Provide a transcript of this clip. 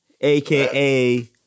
aka